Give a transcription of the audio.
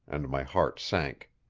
and my heart sank.